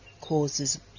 causes